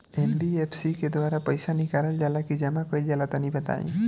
NBFC के द्वारा पईसा निकालल जला की जमा कइल जला तनि बताई?